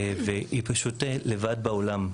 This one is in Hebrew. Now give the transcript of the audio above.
והיא פשוט לבד בעולם.